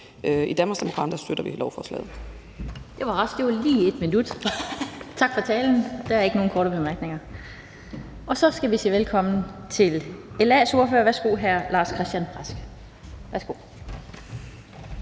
I Danmarksdemokraterne støtter vi lovforslaget.